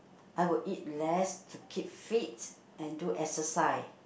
I would eat less to keep fit and do exercise